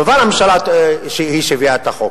הממשלה הביאה את החוק,